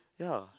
ya